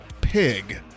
Pig